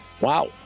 Wow